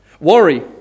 Worry